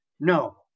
No